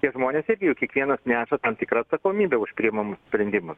tie žmonės irgi juk kiekvienas neša tam tikrą atsakomybę už priimamus sprendimus